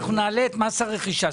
נעלה את מס הרכישה,